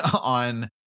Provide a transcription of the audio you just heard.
on